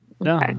No